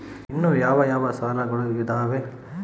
ಇನ್ನು ಯಾವ ಯಾವ ಸಾಲಗಳು ಇದಾವೆ?